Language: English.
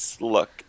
look